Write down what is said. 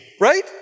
right